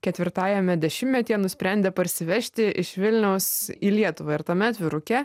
ketvirtajame dešimtmetyje nusprendė parsivežti iš vilniaus į lietuvą ir tame atviruke